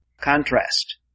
Contrast